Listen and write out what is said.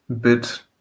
bit